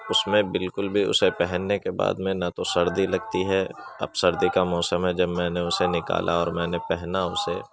اس میں بالکل بھی اسے پہننے کے بعد میں نہ تو سردی لگتی ہے اب سردی کا موسم ہے جب میں نے اسے نکالا اور میں نے پہنا اسے